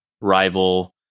rival